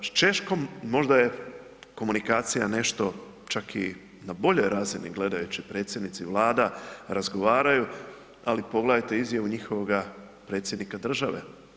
S Češkom možda je komunikacija nešto čak i na boljoj razini gledajući predsjednici Vlada razgovaraju ali pogledaju izjavu njihovoga predsjednika države.